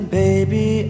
baby